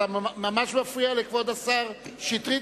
אתה ממש מפריע לכבוד השר שטרית,